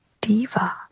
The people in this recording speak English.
diva